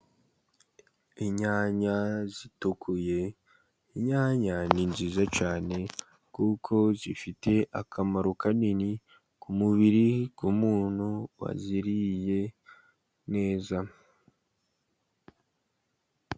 Inyanya zitukuye, inyanya ni nziza cyane ,kuko zifite akamaro kanini ku mubiri w'umuntu waziriye neza.